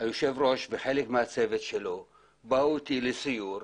היושב ראש וחלק מהצוות שלו באו אתי לסיור,